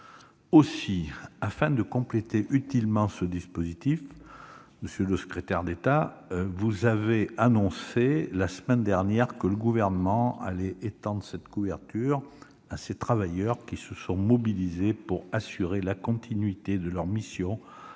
d'État, afin de compléter utilement ce dispositif, vous avez annoncé la semaine dernière que le Gouvernement allait étendre cette couverture à ces travailleurs qui se sont mobilisés pour assurer la continuité de leurs missions